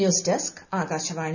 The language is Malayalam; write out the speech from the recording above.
news desk Akashvani